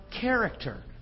character